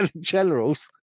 generals